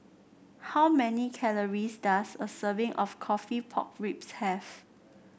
how many calories does a serving of coffee Pork Ribs have